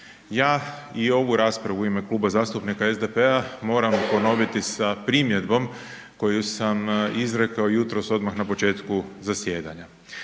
Ja i ovu raspravu u ime Kluba zastupnika SDP-a moram ponoviti sa primjedbu koju sam izrekao jutros odmah na početku zasjedanja.